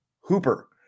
Hooper